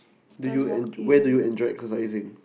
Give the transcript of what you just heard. do you enjoy where did you enjoy coalescing